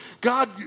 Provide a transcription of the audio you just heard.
God